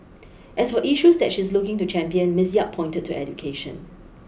as for issues that she is looking to champion Miss Yap pointed to education